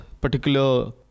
particular